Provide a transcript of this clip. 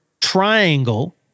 triangle